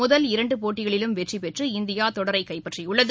முதல் இரண்டு போட்டிகளிலும் வெற்றிபெற்று இந்தியா தொடரை கைப்பற்றியுள்ளது